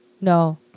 no